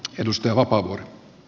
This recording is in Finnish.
arvoisa puhemies